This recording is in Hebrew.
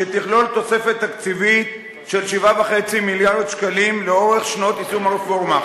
שתכלול תוספת תקציבית של 7.5 מיליארד שקלים לאורך שנות יישום הרפורמה,